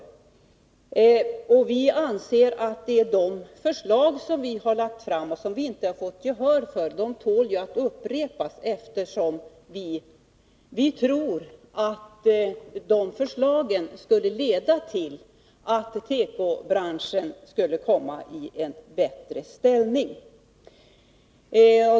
Vi anser att de förslag som vi har lagt fram utan att få gehör för tål att upprepas. Vi tror att de förslagen skulle leda till att tekobranschen kommer i en bättre ställning.